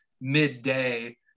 midday